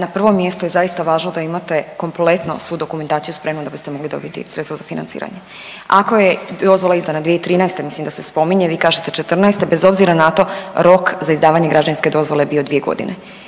na prvom mjestu je zaista važno da imate kompletno svu dokumentaciju spremnu da biste mogli dobiti sredstva za financiranje. Ako je dozvola izdana 2013., mislim da se spominje, vi kažete '14., bez obzira na to rok za izdavanje građevinske dozvole je bio 2.g.,